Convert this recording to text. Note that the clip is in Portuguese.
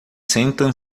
sentam